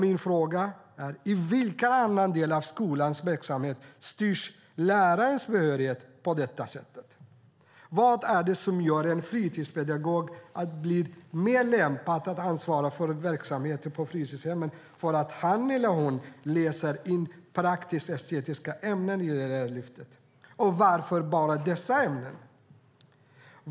Min fråga är: I vilken annan del av skolans verksamhet styrs lärarens behörighet på detta sätt? Vad är det som gör en fritidspedagog mer lämpad att ansvara för verksamheten för att han eller hon läser in praktisk-estetiska ämnen i Lärarlyftet, och varför bara dessa ämnen?